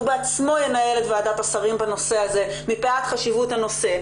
בעצמו ינהל את ועדת השרים בנושא הזה מפאת חשיבות הנושא,